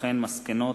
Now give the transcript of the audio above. מסקנות